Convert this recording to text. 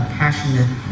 passionate